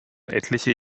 etliche